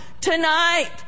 tonight